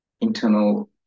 internal